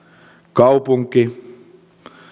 kaupunki